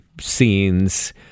scenes